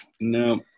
No